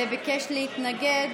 ביקש להתנגד